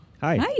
Hi